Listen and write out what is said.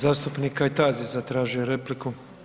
Zastupnik Kajtazi zatražio je repliku.